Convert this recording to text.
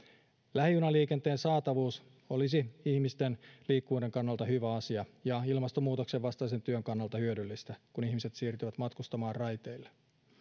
lähijunaliikenteen saatavuus olisi ihmisten liikkuvuuden kannalta hyvä asia ja ilmastonmuutoksen vastaisen työn kannalta hyödyllistä kun ihmiset siirtyvät matkustamaan raiteille